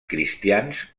cristians